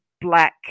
black